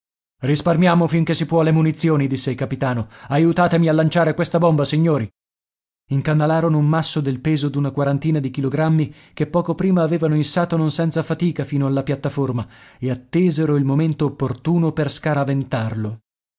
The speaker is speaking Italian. risparmiamo finché si può le munizioni disse il capitano aiutatemi a lanciare questa bomba signori incanalarono un masso del peso d'una quarantina di chilogrammi che poco prima avevano issato non senza fatica fino alla piattaforma e attesero il momento opportuno per scaraventarlo